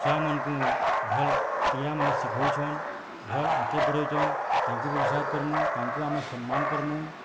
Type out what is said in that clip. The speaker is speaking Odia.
ଛୁଆ ମାନକୁ ଭଲ କ୍ରିଡ଼ା ମାନେ ସିଖଉଛନ୍ ଭଲ ଆଗକେ ବଢ଼ଉଛନ୍ ତାଙ୍କୁ ବି ଉତ୍ସାହିତ କର୍ମୁ ତାଙ୍କୁ ଆମେ ସମ୍ମାନ କର୍ମୁ